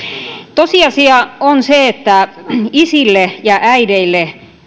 tosiasia on se että isille ja äideille